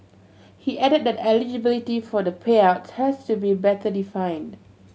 he added that eligibility for the payouts has to be better defined